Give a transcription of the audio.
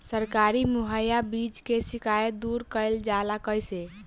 सरकारी मुहैया बीज के शिकायत दूर कईल जाला कईसे?